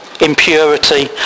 impurity